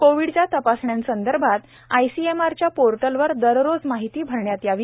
कोविडच्या तपासण्यासंदर्भात आयसीएमआरच्या पोर्टलवर दररोज माहिती भरण्यात यावी